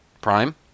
Prime